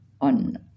on